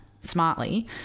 smartly